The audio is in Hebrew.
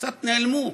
קצת נעלמו.